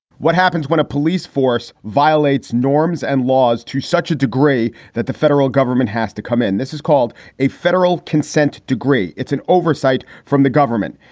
what happens when a police force violates norms and laws to such a degree that the federal government has to come in? this is called a federal consent degree. it's an oversight from the government.